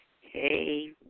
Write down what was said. Hey